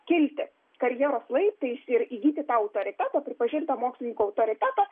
kilti karjeros laiptais ir įgyti tą autoritetą pripažintą mokslininkų autoritetą